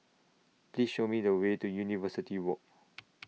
Please Show Me The Way to University Walk